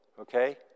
Okay